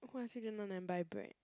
who ask you just now never buy bread